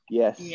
yes